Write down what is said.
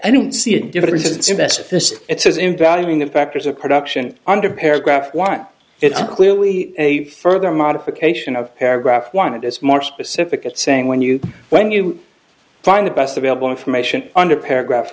this it says in valuing the factors of production under paragraph want it's clearly a further modification of paragraph one it is more specific at saying when you when you find the best available information under paragraph